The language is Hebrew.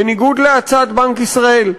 בניגוד להצעת בנק ישראל,